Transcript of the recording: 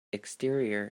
exterior